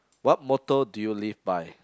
what motto did you live by